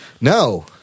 No